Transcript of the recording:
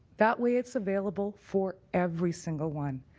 that way it's available for every single one.